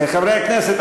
חברי הכנסת,